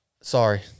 Sorry